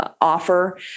offer